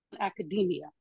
academia